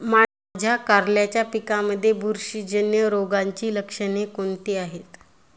माझ्या कारल्याच्या पिकामध्ये बुरशीजन्य रोगाची लक्षणे कोणती आहेत?